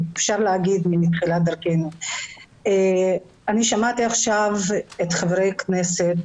אפשר לומר מתחילת דרכנו שמעתי עכשיו את חברי הכנסת